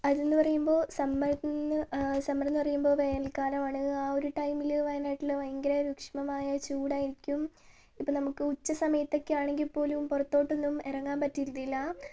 അതെന്നു പറയുമ്പോൾ സമ്മറെന്നു പറയുമ്പോൾ വേനൽക്കാലമാണ് ആ ഒരു ടൈമിൽ വയനാട്ടിൽ ഭയങ്കര രൂക്ഷമായ ചൂട് ആയിരിക്കും ഇപ്പോൾ നമുക്ക് ഉച്ച സമയത്തൊക്കെയാണെങ്കിൽ പോലും പുറത്തോട്ടൊന്നും ഇറങ്ങാൻ പറ്റിയിരുന്നില്ല